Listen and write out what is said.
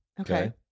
okay